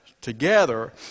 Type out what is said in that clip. together